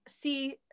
see